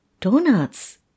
donuts